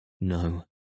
No